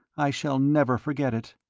i shall never forget it.